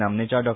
नामनेच्या डॉ